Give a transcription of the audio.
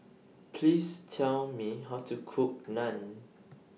Please Tell Me How to Cook Naan